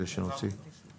העברנו את המכתב.